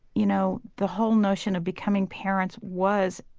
you know, the whole notion of becoming parents was,